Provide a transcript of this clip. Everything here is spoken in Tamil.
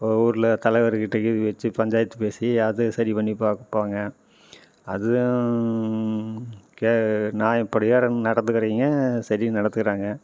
ஒரு ஊரில் தலைவர்கிட்ட வச்சு பஞ்சாயத்து பேசி அதை சரி பண்ணி பார்ப்பாங்க அதுவும் கே நான் இப்படியாதும் நடந்துக்கிறாங்க சரியா நடத்துக்குறாங்க